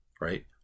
right